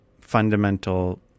fundamental